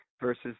versus